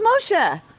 Moshe